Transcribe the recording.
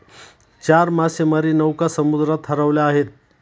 चार मासेमारी नौका समुद्रात हरवल्या आहेत